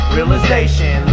Realization